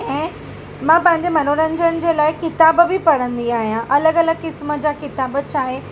ऐं मां पंहिंजे मनोरंजन जे लाइ किताबु बि पढ़ंदी आहियां अलॻि अलॻि क़िस्म जा किताबु चाहे